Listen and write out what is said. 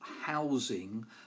housing